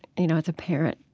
you know, as a parent,